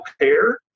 care